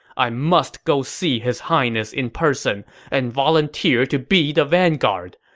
i must go see his highness in person and volunteer to be the vanguard.